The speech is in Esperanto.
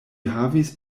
havis